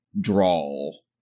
drawl